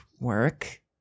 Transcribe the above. work